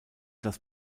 das